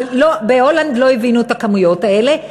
אבל בהולנד לא הבינו את הכמויות האלה.